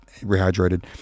rehydrated